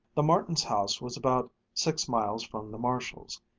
the martins' house was about six miles from the marshalls'.